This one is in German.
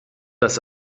das